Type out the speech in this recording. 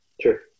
Sure